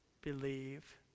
believe